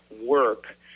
work